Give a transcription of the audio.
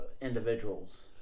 individuals